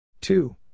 Two